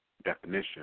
Definition